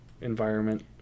environment